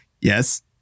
Yes